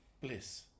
bliss